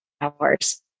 hours